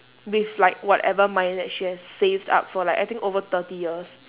with like whatever money that she have saved up for like I think over thirty years